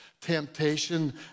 temptation